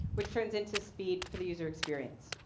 which turns into speed for the user experience.